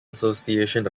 association